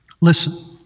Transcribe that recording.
Listen